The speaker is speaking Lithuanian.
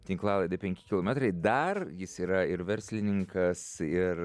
tinklalaidė penki kilometrai dar jis yra ir verslininkas ir